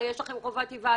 הרי יש לכם חובת היוועצות.